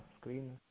screen